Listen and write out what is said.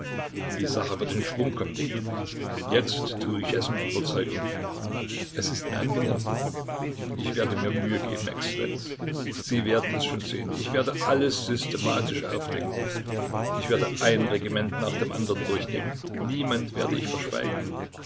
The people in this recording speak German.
die sache wird in schwung kommen jetzt tue ich es mit überzeugung es ist mir angenehm ich werde mir mühe geben exzellenz sie werden es schon sehen ich werde alles systematisch aufdecken ich werde ein regiment nach dem anderen durchnehmen niemand werde ich verschweigen